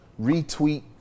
retweet